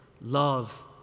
love